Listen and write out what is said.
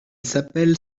s’appelle